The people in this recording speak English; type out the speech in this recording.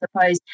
suppose